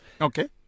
okay